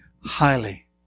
highly